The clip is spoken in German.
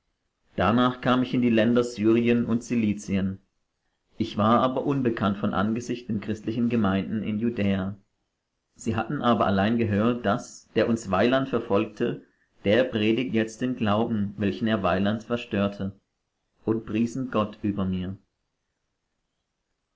darnach kam ich in die länder syrien und zilizien ich war aber unbekannt von angesicht den christlichen gemeinden in judäa sie hatten aber allein gehört daß der uns weiland verfolgte der predigt jetzt den glauben welchen er weiland verstörte und priesen gott über mir